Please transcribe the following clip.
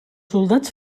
soldats